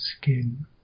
skin